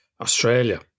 Australia